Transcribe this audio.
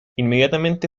inmediatamente